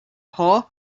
hull